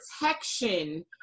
protection